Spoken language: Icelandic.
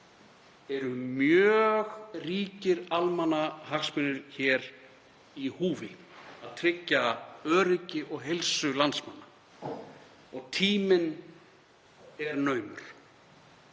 eru mjög ríkir almannahagsmunir í húfi að tryggja öryggi og heilsu landsmanna. Og tíminn er naumur.